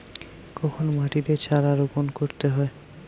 কখন মাটিতে চারা রোপণ করতে হয়?